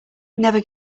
never